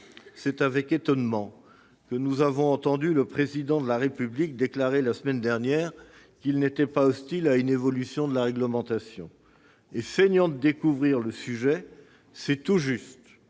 c'est avec étonnement que nous avons entendu le Président de la République déclarer la semaine dernière qu'il n'était pas hostile à une évolution de la réglementation. Feignant de découvrir le sujet, c'est tout juste